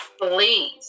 please